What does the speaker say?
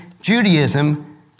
Judaism